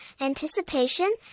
anticipation